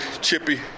chippy